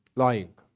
lying